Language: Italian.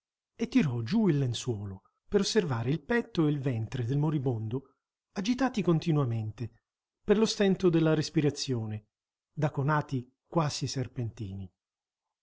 e tirò giù il lenzuolo per osservare il petto e il ventre del moribondo agitati continuamente per lo stento della respirazione da conati quasi serpentini